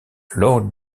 lord